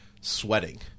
sweating